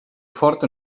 fort